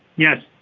yes